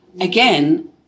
again